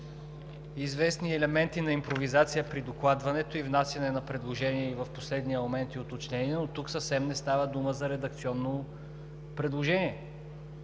известни елементи на импровизация при докладването и внасяне на предложения в последния момент и уточнения, но тук съвсем не става дума за редакционно предложение.